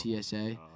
TSA